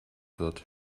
wird